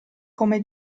come